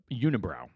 unibrow